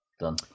Done